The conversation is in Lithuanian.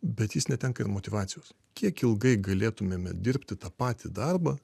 bet jis netenka ir motyvacijos kiek ilgai galėtumėme dirbti tą patį darbą